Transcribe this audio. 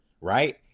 right